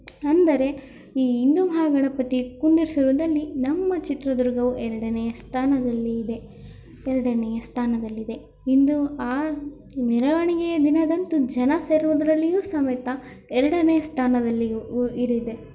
ಅಂದರೆ ಈ ಹಿಂದೂ ಮಹಾಗಣಪತಿ ಕುಳ್ಳಿರ್ಸಿರುದಲ್ಲಿ ನಮ್ಮ ಚಿತ್ರದುರ್ಗವು ಎರಡನೆಯ ಸ್ಥಾನದಲ್ಲಿ ಇದೆ ಎರಡನೆಯ ಸ್ಥಾನದಲ್ಲಿದೆ ಹಿಂದೂ ಆ ಮೆರವಣಿಗೆಯ ದಿನವಂತೂ ಜನ ಸೇರುವುದರಲ್ಲಿಯೂ ಸಮೇತ ಎರಡನೇ ಸ್ಥಾನದಲ್ಲಿಯೆ ಉ ಇದೆ ಇದೆ